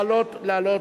בבקשה, לעלות, לעלות.